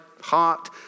heart